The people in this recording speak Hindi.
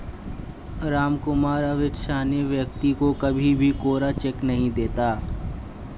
रामकुमार अविश्वसनीय व्यक्ति को कभी भी कोरा चेक नहीं देता